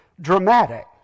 dramatic